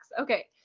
Okay